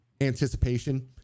anticipation